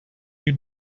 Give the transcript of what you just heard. you